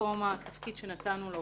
במקום התפקיד שנתנו לו